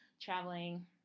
traveling